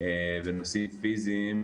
ונושאים פיזיים,